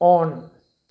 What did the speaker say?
on